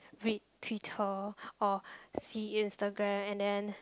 read Twitter or see Instagram and then